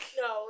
no